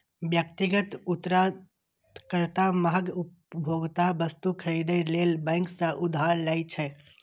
व्यक्तिगत उधारकर्ता महग उपभोक्ता वस्तु खरीदै लेल बैंक सं उधार लै छै